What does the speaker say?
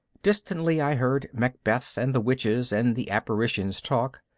distantly i heard macbeth and the witches and the apparitions talk.